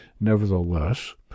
Nevertheless